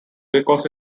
because